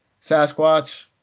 Sasquatch